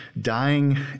dying